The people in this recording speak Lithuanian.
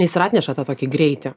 jis ir atneša tą tokį greitį